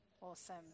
Awesome